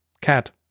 cat